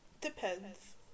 Depends